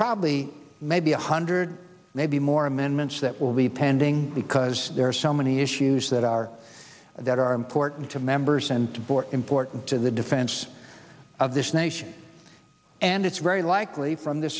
probably maybe one hundred maybe more amendments that will be pending because there are so many issues that are that are important to members and important to the defense of this nation and it's very likely from th